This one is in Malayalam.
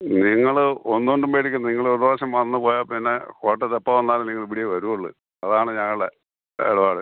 നിങ്ങൾ ഒന്നുകൊണ്ടും പേടിക്കേണ്ട നിങ്ങൾ ഒരു പ്രാവശ്യം വന്ന് പോയാൽ പിന്നെ കോട്ടയത്ത് എപ്പം വന്നാലും നിങ്ങൾ ഇവിടെയേ വരുള്ളൂ അതാണ് ഞങ്ങളെ ഇടപാട്